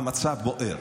המצב בוער.